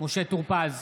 משה טור פז,